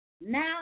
Now